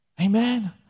Amen